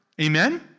Amen